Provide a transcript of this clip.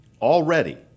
already